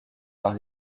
par